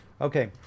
Okay